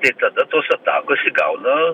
tai tada tos atakos įgauna